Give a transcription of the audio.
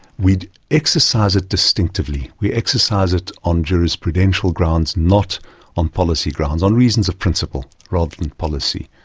we exercise it distinctively, we exercise it on jurisprudential grounds, not on policy grounds, on reasons of principle rather than policy.